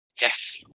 Yes